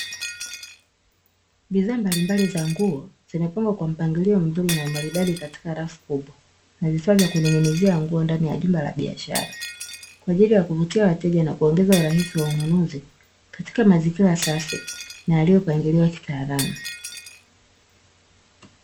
Bidhaa mbalimbali za nguo zinapangwa kwa mpangilio mzuri na umaridadi, katika rafu kubwa na vifaa vya kuning'inizia nguo ndani ya jumba la biashara, ili kuvutia wateja na kuongeza urahisi wa ununuzi katika mazingira safi yaliyopangiliwa kitaalamu.